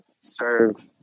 serve